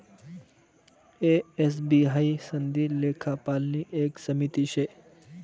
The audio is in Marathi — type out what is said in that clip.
ए, एस, बी हाई सनदी लेखापालनी एक समिती शे